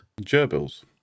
Gerbils